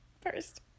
first